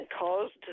caused